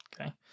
Okay